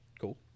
cool